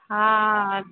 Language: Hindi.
हाँ अच्छा